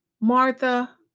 Martha